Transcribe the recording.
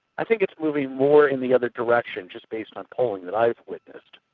i think it's moving more in the other direction, just based on polling that i've witnessed.